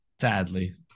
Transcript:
Sadly